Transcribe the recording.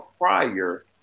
prior